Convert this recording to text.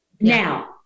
Now